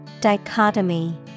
Dichotomy